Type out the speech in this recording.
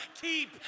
Keep